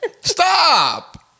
Stop